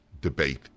debate